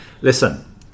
Listen